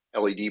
LED